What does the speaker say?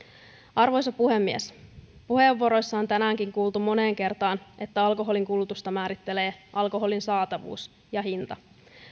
arvoisa puhemies puheenvuoroissa on tänäänkin kuultu moneen kertaan että alkoholinkulutusta määrittelevät alkoholin saatavuus ja hinta